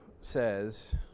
says